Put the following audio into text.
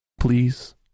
Please